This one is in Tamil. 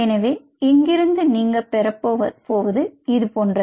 எனவே இங்கிருந்து நீங்கள் பெறப்போவது இது போன்றது